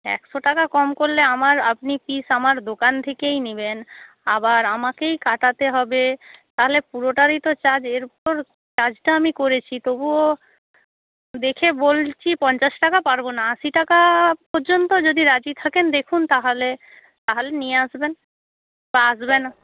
একশো টাকা কম করলে আমার আপনি পিস আমার দোকান থেকেই নেবেন আবার আমাকেই কাটাতে হবে তাহলে পুরোটারই তো চার্জ এর চার্জটা আমি করেছি তবুও দেখে বলছি পঞ্চাশ টাকা পারব না আশি টাকা পর্যন্ত যদি রাজি থাকেন দেখুন তাহলে তাহলে নিয়ে আসবেন বা আসবেন